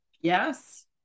Yes